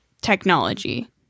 technology